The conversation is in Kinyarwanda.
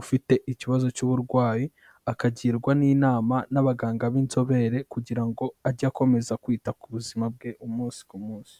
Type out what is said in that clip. ufite ikibazo cy'uburwayi, akagirwa n'inama n'abaganga b'inzobere kugira ngo ajye akomeza kwita ku buzima bwe umunsi ku munsi.